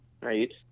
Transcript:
right